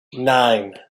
nine